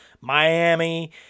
Miami